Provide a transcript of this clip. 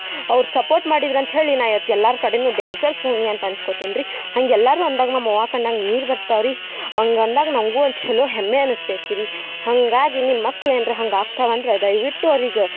ಅವ್ರು ಸಪೋರ್ಟ್ ಮಾಡಿದ್ರು ಅಂತ ಹೇಳಿ ನಾ ಇವತ್ತು ಎಲ್ಲಾರ ಕಡೆಯೂ ಡ್ಯಾನ್ಸರ್ ಸೋನಿ ಅಂತ ಅನ್ಸ್ಕೊತೇನೆ ರಿ ಹಂಗೆ ಎಲ್ಲರೂ ಅಂದಾಗ ನಮ್ಮ ಅವ್ವ ಕಣ್ಣಾಗ ನೀರು ಬರ್ತವ್ರಿ ಹಂಗಂದಾಗ್ ನನಗೂ ಒಂದು ಛಲೊ ಹೆಮ್ಮೆ ಅನಿಸ್ತೈತ್ರಿ ಹಾಗಾಗಿ ನಿಮ್ಮ ಮಕ್ಳು ಏನರ ಹಂಗೆ ಆಗ್ತಾವಂದ್ರೆ ದಯವಿಟ್ಟು ಅವ್ರಿಗೆ